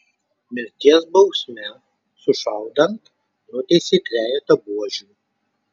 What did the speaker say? mirties bausme sušaudant nuteisė trejetą buožių